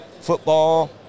football